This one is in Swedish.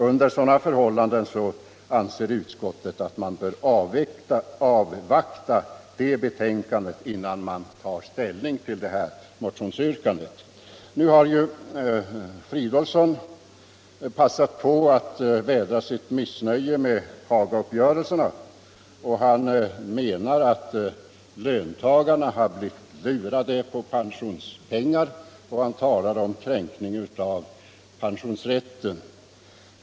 Under sådana förhållanden anser utskottet att man bör avvakta det betänkandet innan man tar ställning till motionsyrkandet. Herr Fridolfsson passade på att vädra sitt missnöje med Hagauppgörelserna. Han menar att löntagarna har blivit lurade på pensionspengar och talar om kränkning av pensionsrätten.